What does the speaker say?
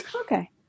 okay